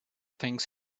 things